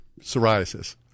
Psoriasis